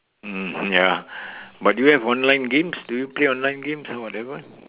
mmhmm mm ya but do you have online games do you play online games or whatever